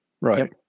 Right